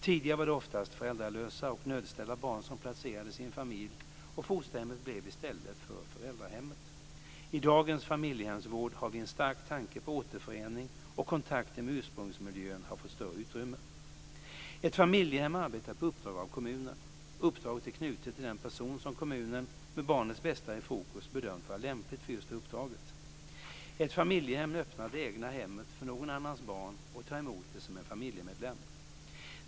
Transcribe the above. Tidigare var det oftast föräldralösa och nödställda barn som placerades i en familj, och fosterhemmet blev i stället för föräldrahemmet. I dagens familjehemsvård har vi en stark tanke på återförening, och kontakten med ursprungsmiljön har fått större utrymme. Ett familjehem arbetar på uppdrag av kommunen. Uppdraget är knutet till den person som kommunen, med barnets bästa i fokus, bedömt vara lämplig för just det uppdraget. Ett familjehem öppnar det egna hemmet för någon annans barn och tar emot det som en familjemedlem.